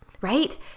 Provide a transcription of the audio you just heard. right